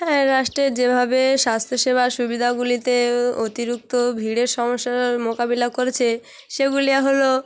হ্যাঁ রাষ্ট্রে যেভাবে স্বাস্থ্য সেবার সুবিধাগুলিতে অতিরিক্ত ভিড়ের সমস্যার মোকাবিলা করেছে সেগুলি হল